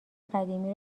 قدیمی